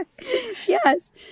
Yes